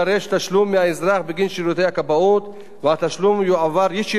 והתשלום יועבר ישירות מקרן הפיצויים של מס רכוש.